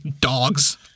dogs